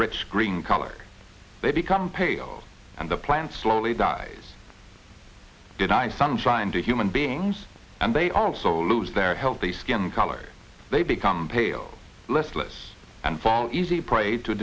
rich green color they become pale and the plant slowly dies did i sunshine to human beings and they also lose their healthy skin color they become pale listless and fall easy prey to